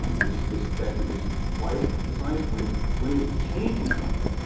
um this this statute is quite precise when when it's changing something,